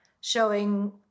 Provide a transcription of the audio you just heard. showing